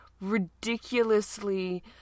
ridiculously